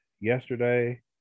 yesterday